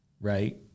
right